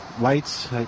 lights